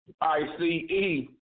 I-C-E